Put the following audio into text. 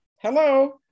Hello